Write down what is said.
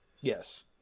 yes